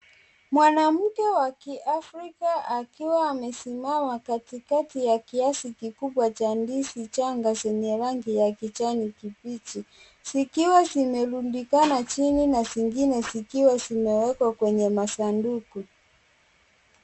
Mwanamke wa Kiafrika, akiwa amesimama katikati ya kiasi kikubwa cha ndizi changa zenye rangi ya kijani kibichi. Zikiwa zimerundikana chini na zingine zikiwa zimewekwa kwenye masanduku.